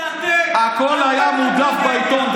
הכול היה מודלף בעיתון,